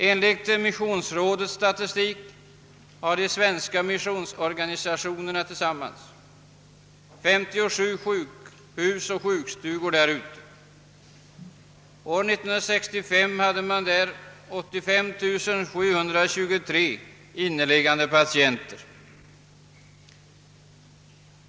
Enligt missionsrådets statistik har de svenska missionsorganisationerna tillsammans 57 sjukhus och sjukstugor i dessa länder, och år 1965 fanns där 85 723 inneliggande patienter.